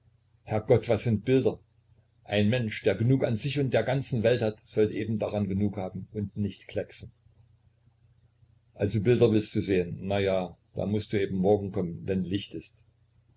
herrgott was sind bilder ein mensch der genug an sich und an der ganzen welt hat sollte eben daran genug haben und nicht klecksen also bilder willst du sehen na ja da mußt du eben morgen kommen wenn licht da ist